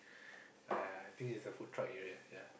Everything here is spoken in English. uh think is the food truck area ya